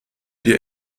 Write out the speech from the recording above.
dir